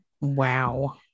Wow